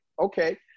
okay